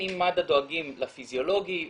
אם מד"א דואגים לפיזיולוגי,